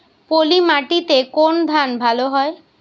পলিমাটিতে কোন ধান ভালো হয়?